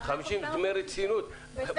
חושבת שזה צריך להיות קצת פחות --- חברים,